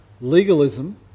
legalism